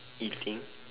eating